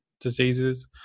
diseases